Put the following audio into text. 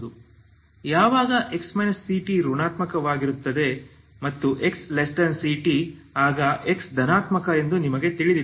ಯಾವಾಗ x ct ಋಣಾತ್ಮಕವಾಗಿರುತ್ತದೆ ಮತ್ತು xct ಆಗ x ಧನಾತ್ಮಕ ಎಂದು ನಮಗೆ ತಿಳಿದಿದೆ